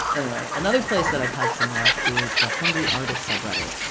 anyway another place that i've had some luck is the hungryartist subreddit.